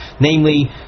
Namely